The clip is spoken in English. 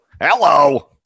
Hello